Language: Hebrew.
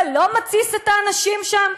זה לא מתסיס את האנשים שם?